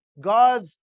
God's